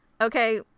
okay